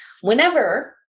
Whenever